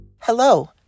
Hello